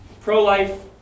pro-life